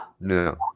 No